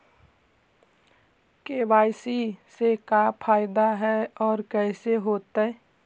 KYC से का फायदा है और कैसे होतै?